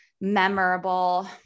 memorable